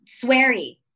sweary